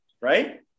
right